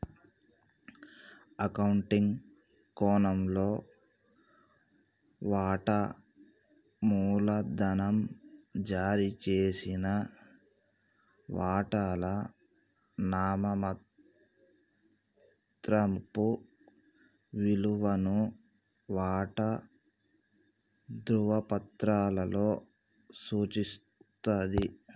accounting కోణంలో, వాటా మూలధనం జారీ చేసిన వాటాల నామమాత్రపు విలువను వాటా ధృవపత్రాలలో సూచిస్తది